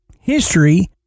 history